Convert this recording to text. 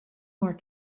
more